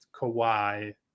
Kawhi